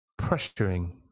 pressuring